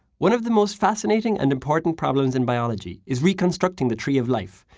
one of the most fascinating and important problems in biology is reconstructing the tree of life,